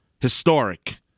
historic